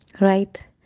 Right